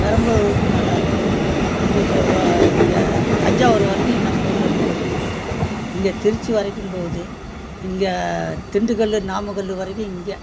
பெரம்பலூருக்கும் நல்லா இருக்குது இங்கே இங்கே தஞ்சாவூர் வரைக்கும் நம்ம ஊரிலேருந்து பஸ்ஸு போகுது இங்கே திருச்சி வரைக்கும் போகுது இங்கே திண்டுகல் நாமக்கல் வரைக்கும் இங்கே